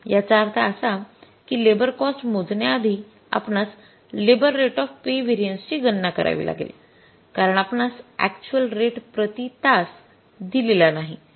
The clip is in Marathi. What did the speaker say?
याचा अर्थ असा कि लेबर कॉस्ट मोजण्या आधी आपणास labour rate of pay variance ची गणना करावी लागेल कारण आपणास अक्चुअल रेट प्रति तास दिलेला नाही